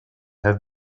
have